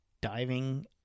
diving